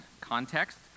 context